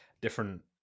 different